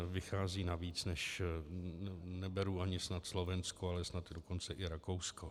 Vychází na víc neberu ani snad Slovensko, ale snad dokonce i Rakousko.